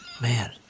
Man